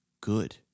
good